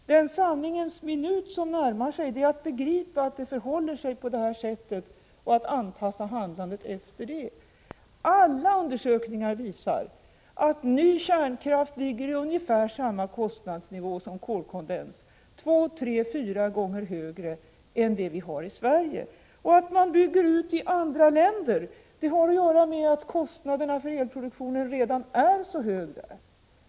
Den sanningens minut som närmar sig är att begripa att det förhåller sig på det här sättet och att anpassa handlandet efter det. Alla undersökningar visar att ny kärnkraft ligger på ungefär samma kostnadsnivå som kolkondens, dvs. att kostnaderna skulle bli två tre fyra gånger högre än de vi har i Sverige. Att man bygger ut i andra länder har att göra med att kostnaderna för elproduktionen redan är så höga där.